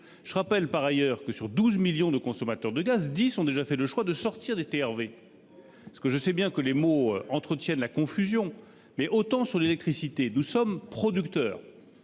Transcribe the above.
Je rappelle, par ailleurs, que sur 12 millions de consommateurs de gaz, 10 millions ont déjà fait le choix de sortir des TRV. Je sais bien que les mots entretiennent la confusion, mais en ce qui concerne l'électricité nous sommes producteurs,